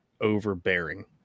overbearing